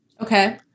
Okay